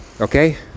Okay